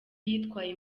yitwaye